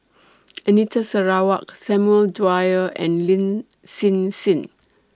Anita Sarawak Samuel Dyer and Lin Hsin Hsin